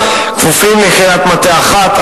כפופים ליחידת מטה אחת,